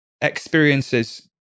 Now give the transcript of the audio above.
experiences